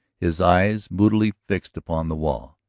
his eyes moodily fixed upon the wall.